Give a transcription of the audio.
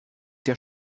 der